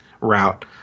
route